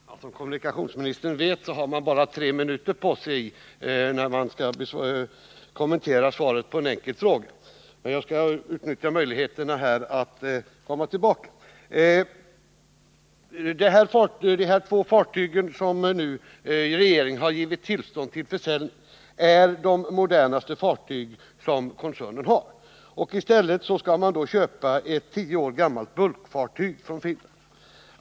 Herr talman! Som kommunikati>nsministern vet, så har man bara tre minuter på sig när man skall kommentera svaret på en enkel fråga, men jag skall utnyttja möjligheterna att komma tillbaka. De här två fartygen som regeringen givit tillstånd att sälja är de modernaste fartyg som koncernen har. I gengäld skall man köpa ett tio år gammalt bulkfartyg från Finland.